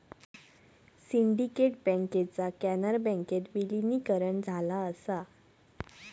syndicate बँकेचा कॅनरा बँकेत विलीनीकरण झाला असा